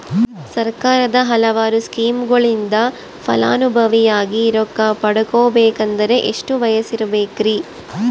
ಸರ್ಕಾರದ ಹಲವಾರು ಸ್ಕೇಮುಗಳಿಂದ ಫಲಾನುಭವಿಯಾಗಿ ರೊಕ್ಕ ಪಡಕೊಬೇಕಂದರೆ ಎಷ್ಟು ವಯಸ್ಸಿರಬೇಕ್ರಿ?